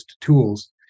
tools